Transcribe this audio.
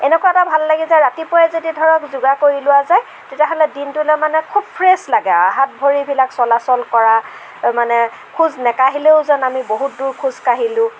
এনেকুৱা এটা ভাল লাগি যায় ৰাতিপুৱাই যদি ধৰক যোগা কৰি লোৱা যায় তেতিয়াহ'লে দিনটোলে মানে খুব ফ্ৰেচ লাগে হাত ভৰিবিলাক চলাচল কৰা মানে খোজ নেকাঢ়িলেও যেন আমি বহুত দুৰ খোজকাঢ়িলো